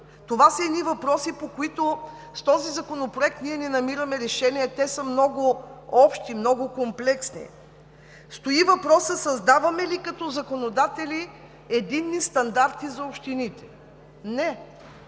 Това са въпроси, по които с този законопроект не намираме решение. Те са много общи, много комплексни. Стои въпросът: създаваме ли като законодатели единни стандарти за общините? Не.